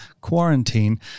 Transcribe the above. quarantine